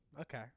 Okay